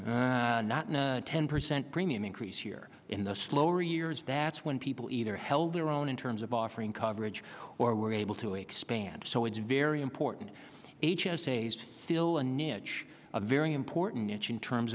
not an a ten percent premium increase here in the slower years that's when people either held their own in terms of offering coverage or were able to expand so it's very important h s a's fill a niche a very important in terms